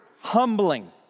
humbling